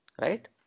right